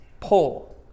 pull